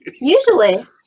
Usually